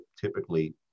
typically